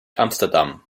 amsterdam